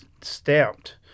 stamped